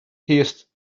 his